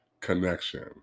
connection